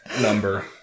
number